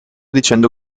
dicendo